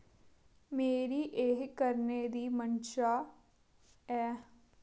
मेरी एह् करने दी मन्शा ऐ